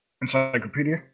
Encyclopedia